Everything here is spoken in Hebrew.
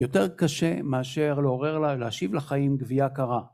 יותר קשה מאשר לעורר לה ולהשיב לחיים גוויה קרה.